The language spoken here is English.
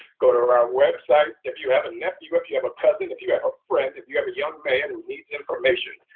go to our website if you have a nephew, if you have a cousin, if you have a friend, if you have a young man who needs information,